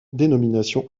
dénomination